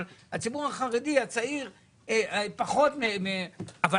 אבל הציבור החרדי הצעיר פחות --- אבל